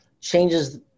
changes